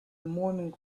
morning